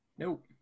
Nope